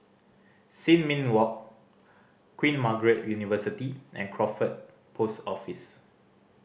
Sin Ming Walk Queen Margaret University and Crawford Post Office